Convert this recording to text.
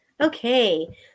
Okay